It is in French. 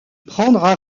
prendra